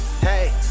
Hey